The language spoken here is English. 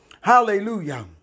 Hallelujah